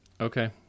Okay